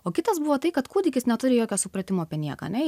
o kitas buvo tai kad kūdikis neturi jokio supratimo apie nieką ane